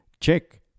check